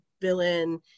villain